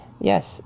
yes